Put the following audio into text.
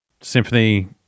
Symphony